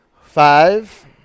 Five